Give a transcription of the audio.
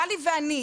גלי ואני,